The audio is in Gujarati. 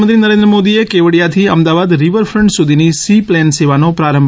પ્રધાનમંત્રી નરેન્દ્ર મોદીએ કેવડીયાથી અમદાવાદ રિવર ફ્રન્ટ સુધીની સી પ્લેન સેવાનો પ્રારંભ